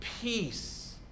peace